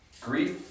Grief